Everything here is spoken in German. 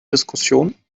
diskussion